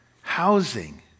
housing